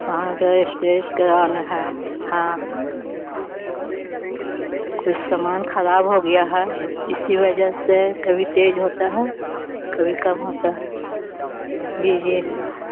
وہاں کا اسٹیج کرانا ہے ہاں کچھ سامان خراب ہو گیا ہے اسی وجہ سے کبھی تیز ہوتا ہے کبھی کم ہوتا ہے جی جی